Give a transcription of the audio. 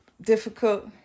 difficult